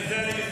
גברתי.